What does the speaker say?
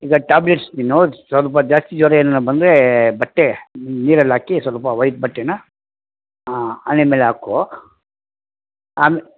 ಈಗ ಟ್ಯಾಬ್ಲೇಟ್ಸ್ ತಿನ್ನು ಸ್ವಲ್ಪ ಜಾಸ್ತಿ ಜ್ವರ ಏನಾರು ಬಂದರೆ ಬಟ್ಟೆ ನೀರಲ್ಲಿ ಹಾಕಿ ಸ್ವಲ್ಪ ವೈಟ್ ಬಟ್ಟೆನ ಹಣೆ ಮೇಲೆ ಹಾಕ್ಕೋ ಆಮೆ